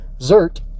Zert